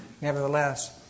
Nevertheless